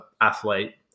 athlete